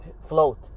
float